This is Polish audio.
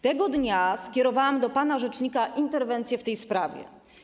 Tego dnia skierowałam do pana rzecznika interwencję w tej sprawie.